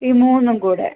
ഈ മൂന്നും കൂടെ